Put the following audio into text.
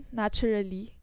naturally